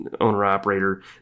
owner-operator